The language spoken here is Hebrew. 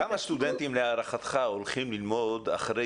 כמה סטודנטים להערכתך הולכים ללמוד אחרי